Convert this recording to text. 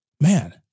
Man